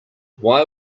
why